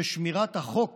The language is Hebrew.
ששמירת החוק